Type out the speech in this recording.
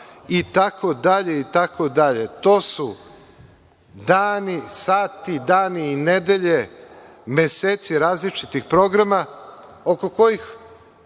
itd, itd. To su dani, sati, dani i nedelje, meseci različitih programa oko kojih